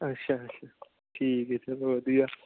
ਅੱਛਾ ਅੱਛਾ ਠੀਕ ਹੈ ਚਲੋ ਵਧੀਆ